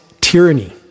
tyranny